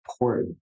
important